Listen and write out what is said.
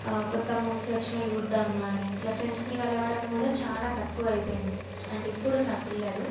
ఆ కొత్త మూవీస్ వచ్చినా చూడ్డం కాని ఇట్లా ఫ్రెండ్స్ని కలవడం కూడా చాలా తక్కువ అయిపోయింది అంటే ఇప్పుడున్న పిల్లలు